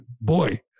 boy